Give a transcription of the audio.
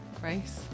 Grace